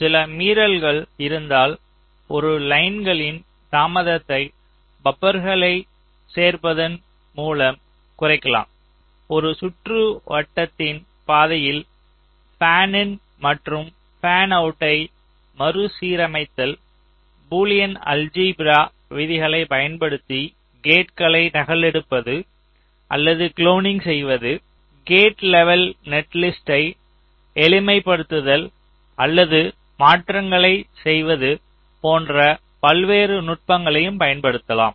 சில மீறல்கள் இருந்தால் ஒரு லைன்களின் தாமதத்தை பஃப்பர்களைச் சேர்ப்பதன் மூலம் குறைக்கலாம் ஒரு சுற்றுவட்டத்தின் பாதையில் ஃபேன்இன் மற்றும் ஃபேன்அவுட்டை மறுசீரமைத்தல் பூலியன் அல்ஜீப்ரா விதிகளைப் பயன்படுத்தி கேட்களை நகலெடுப்பது அல்லது குளோனிங் செய்வது கேட் லெவல் நெட்லிஸ்ட்டை எளிமைப்படுத்தல் அல்லது மாற்றங்களைச் செய்வது போன்ற பல்வேறு நுட்பங்களையும் பயன்படுத்தலாம்